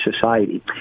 society